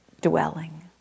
dwelling